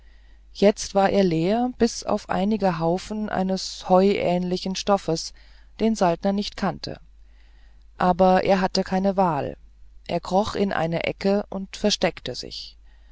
jetzt war er leer bis auf einige haufen eines heuähnlichen stoffes den saltner nicht kannte aber er hatte keine wahl er kroch in eine ecke und versteckte sich